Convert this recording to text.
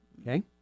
Okay